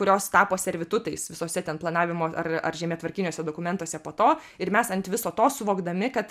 kurios tapo servitutais visose ten planavimo ar ar žemėtvarkiniuose dokumentuose po to ir mes ant viso to suvokdami kad